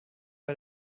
bei